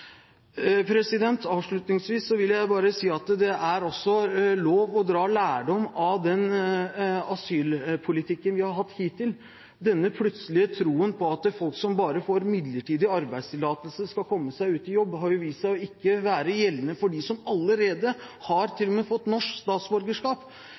Avslutningsvis vil jeg bare si at det er også lov å dra lærdom av den asylpolitikken vi har ført hittil. Denne plutselige troen på at folk som bare får midlertidig arbeidstillatelse, skal komme seg ut i jobb, har vist seg ikke å være gjeldende for dem som allerede til og med har fått norsk statsborgerskap.